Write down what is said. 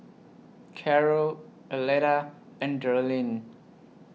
Karol Arletta and Darlene